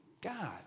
God